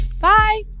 bye